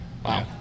Wow